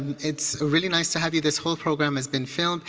it's really nice to have you. this whole program has been filmed.